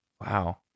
Wow